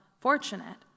fortunate